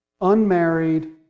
unmarried